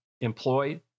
employed